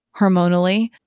hormonally